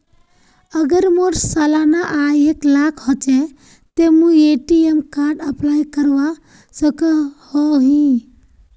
अगर मोर सालाना आय एक लाख होचे ते मुई ए.टी.एम कार्ड अप्लाई करवा सकोहो ही?